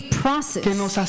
process